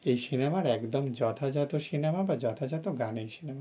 এই সিনেমার একদম যথাযথ সিনেমা বা যথাযথ গানের সিনেমা